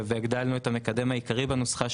הגדלנו את המקדם העיקרי בנוסחה,